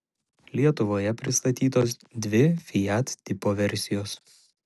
lietuvoje pristatytos dvi naujos fiat tipo versijos